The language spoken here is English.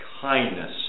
kindness